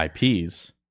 IPs